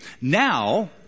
now